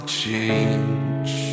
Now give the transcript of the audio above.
change